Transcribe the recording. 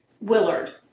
Willard